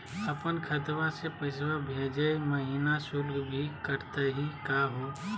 अपन खतवा से पैसवा भेजै महिना शुल्क भी कटतही का हो?